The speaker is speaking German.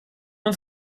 uns